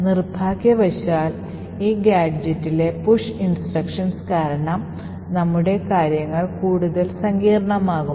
നിർഭാഗ്യവശാൽ ഈ ഗാഡ്ജെറ്റിലെ push instruction കാരണം നമ്മുടെ കാര്യങ്ങൾ കൂടുതൽ സങ്കീർണ്ണമാകും